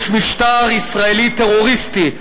יש משטר ישראלי טרוריסטי,